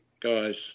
guys